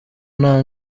nta